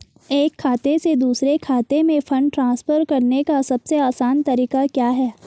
एक खाते से दूसरे खाते में फंड ट्रांसफर करने का सबसे आसान तरीका क्या है?